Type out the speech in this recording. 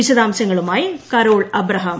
വിശദാംശങ്ങളുമായി കരോൾ അബ്രഹാം